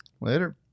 later